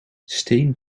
steen